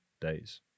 days